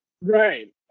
Right